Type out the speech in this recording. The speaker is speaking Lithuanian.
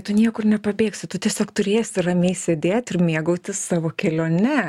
tu niekur nepabėgsi tu tiesiog turėsi ramiai sėdėt ir mėgautis savo kelione